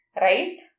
right